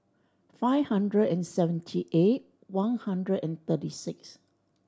five hundred and seventy eight one hundred and thirty six